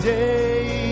day